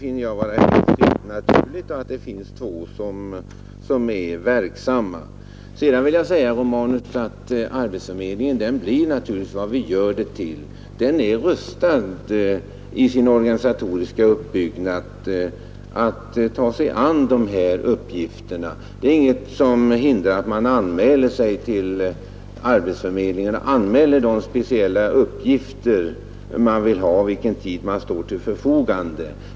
Men den prövningen kommer att bli mycket restriktiv, vilket jag också finner helt naturligt. Slutligen vill jag säga till herr Romanus att arbetsförmedlingen naturligtvis blir vad vi gör den till. Den är i sin organisatoriska uppbyggnad rustad för att ta sig an dessa uppgifter. Det är ingenting som hindrar att man till arbetsförmedlingen anmäler vilka arbetsuppgifter man vill ha och vilken tid man står till förfogande.